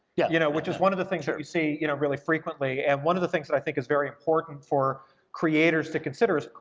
yeah you know which is one of the things that you see you know really frequently, and one of the things that i think is very important for creators to consider is,